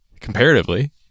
comparatively